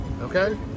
okay